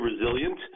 resilient